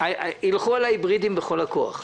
ילכו על ההיברידיים בכל הכוח,